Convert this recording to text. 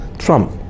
Trump